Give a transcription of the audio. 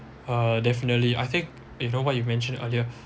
uh definitely I think you know what you mentioned earlier